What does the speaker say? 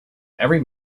every